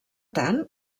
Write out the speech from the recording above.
tant